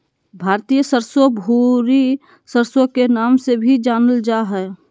भारतीय सरसो, भूरी सरसो के नाम से भी जानल जा हय